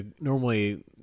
normally